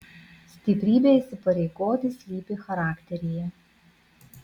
stiprybė įsipareigoti slypi charakteryje